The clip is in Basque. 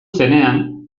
zenean